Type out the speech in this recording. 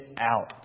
out